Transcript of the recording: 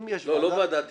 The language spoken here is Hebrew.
לא ועדת היגוי,